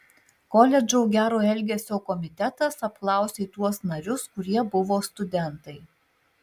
koledžo gero elgesio komitetas apklausė tuos narius kurie buvo studentai